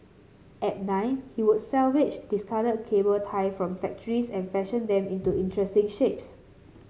at nine he would salvage discarded cable tie from factories and fashion them into interesting shapes